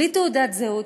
בלי תעודת זהות,